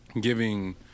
giving